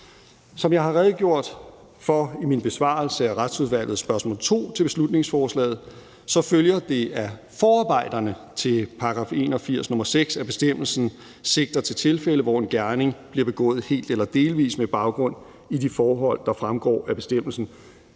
Som jeg har redegjort for i min besvarelse af Retsudvalgets spørgsmål 2 til beslutningsforslaget, følger det af forarbejderne til § 81, nr. 6, at bestemmelsen sigter til tilfælde, hvor en gerning bliver begået helt eller delvis med baggrund i de forhold, der fremgår af bestemmelsen,